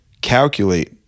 calculate